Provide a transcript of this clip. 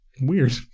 Weird